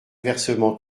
versement